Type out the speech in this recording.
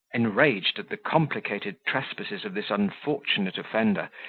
enraged at the complicated trespasses of this unfortunate offender,